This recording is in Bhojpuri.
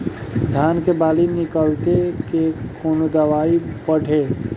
धान के बाली निकलते के कवन दवाई पढ़े?